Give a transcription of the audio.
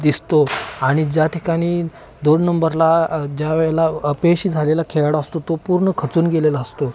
दिसतो आणि ज्या ठिकाणी दोन नंबरला ज्या वेळेला अपयशी झालेला खेळाडू असतो तो पूर्ण खचून गेलेला असतो